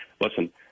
listen